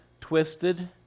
twisted